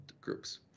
groups